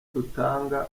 dutanga